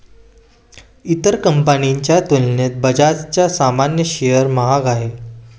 इतर कंपनीच्या तुलनेत बजाजचा सामान्य शेअर महाग आहे